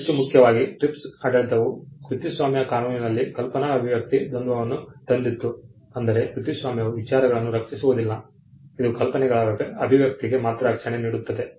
ಹೆಚ್ಚು ಮುಖ್ಯವಾಗಿ TRIPS ಆಡಳಿತವು ಕೃತಿಸ್ವಾಮ್ಯ ಕಾನೂನಿನಲ್ಲಿ ಕಲ್ಪನಾ ಅಭಿವ್ಯಕ್ತಿ ದ್ವಂದ್ವವನ್ನು ತಂದಿತು ಅಂದರೆ ಕೃತಿಸ್ವಾಮ್ಯವು ವಿಚಾರಗಳನ್ನು ರಕ್ಷಿಸುವುದಿಲ್ಲ ಇದು ಕಲ್ಪನೆಗಳ ಅಭಿವ್ಯಕ್ತಿಗೆ ಮಾತ್ರ ರಕ್ಷಣೆ ನೀಡುತ್ತದೆ